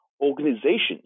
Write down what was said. organizations